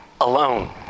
alone